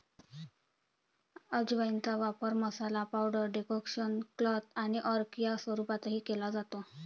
अजवाइनचा वापर masala, powder, decoction, क्वाथ आणि अर्क या स्वरूपातही केला जातो